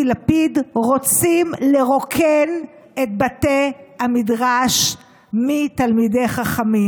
לפיד רוצים לרוקן את בתי המדרש מתלמידי חכמים,